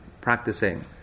practicing